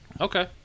Okay